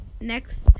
next